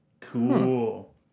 Cool